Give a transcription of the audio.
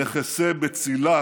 נחסה בצילה